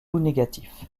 négatifs